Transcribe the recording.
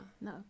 No